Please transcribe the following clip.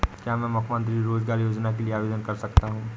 क्या मैं मुख्यमंत्री रोज़गार योजना के लिए आवेदन कर सकता हूँ?